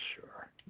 sure